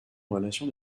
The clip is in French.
relation